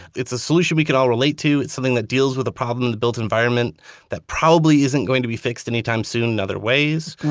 it's a solution we can all relate to. it's something that deals with a problem, the built environment that probably isn't going to be fixed anytime soon in other ways.